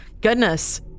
Goodness